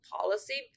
policy